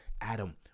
Adam